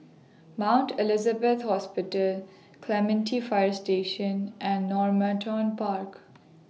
Mount Elizabeth Hospital Clementi Fire Station and Normanton Park